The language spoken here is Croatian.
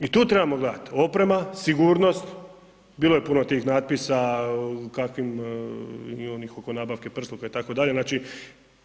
I tu trebamo gledat oprema, sigurnost, bilo je puno tih natpisa u kakvim i onih oko nabavke prsluka itd., znači